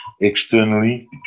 Externally